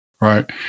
right